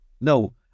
No